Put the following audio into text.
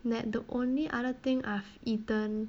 that the only other thing I've eaten